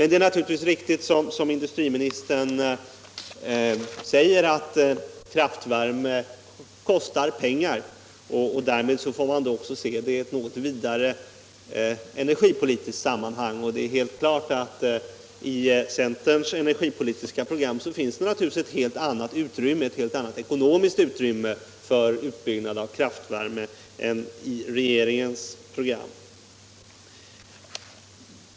Det är naturligtvis riktigt, som industriministern säger, att kraftvärme kostar pengar. Därmed får man också se frågan i något vidare energipolitiskt sammanhang. Det är helt klart att i centerns energipolitiska program finns ett helt annat ekonomiskt utrymme för utbyggnad av kraftvärme än i regeringens program.